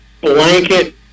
blanket